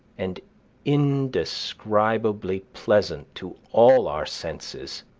and indescribably pleasant to all our senses.